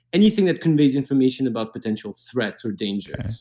anything that conveys information about potential threats or danger.